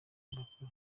bakora